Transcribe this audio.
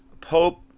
Pope